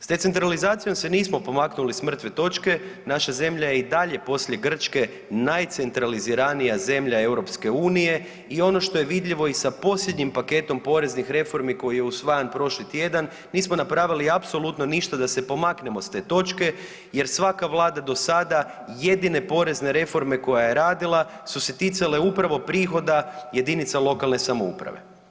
S decentralizacijom se nismo pomaknuli s mrtve točke, naša zemlja je i dalje poslije Grčke najcentraliziranija zemlja EU i ono što je vidljivo sa posljednjim paketom poreznih reformi koji je usvajan prošli tjedan nismo napravili apsolutno ništa da se pomaknemo s te točke jer svaka Vlada do sada jedine porezne reforme koja je radila su se ticala upravo prihoda jedinica lokalne samouprave.